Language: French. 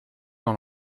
dans